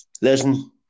listen